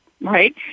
right